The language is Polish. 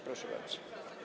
Proszę bardzo.